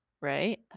right